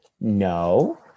no